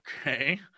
Okay